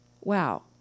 Wow